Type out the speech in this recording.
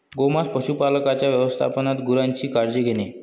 गोमांस पशुपालकांच्या व्यवस्थापनात गुरांची काळजी घेणे